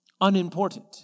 unimportant